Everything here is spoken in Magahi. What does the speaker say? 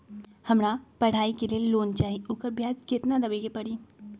हमरा पढ़ाई के लेल लोन चाहि, ओकर ब्याज केतना दबे के परी?